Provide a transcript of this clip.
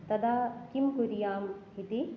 तदा किं कुर्याम इति